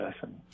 person